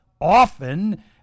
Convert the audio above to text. often